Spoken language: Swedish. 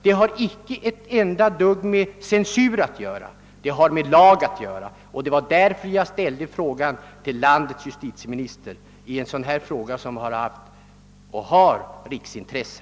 Det har icke ett enda dugg med censur att göra; det har med lag att göra, och det var därför jag ställda min fråga till landets justitieminister i ett ärende som har riksintresse.